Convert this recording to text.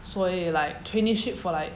所以 like traineeship for like